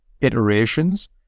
iterations